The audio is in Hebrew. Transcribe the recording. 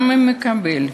גם אם הוא מקבל הכשרה,